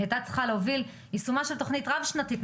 היא הייתה צריכה להוביל יישום תוכנית רב שנתית,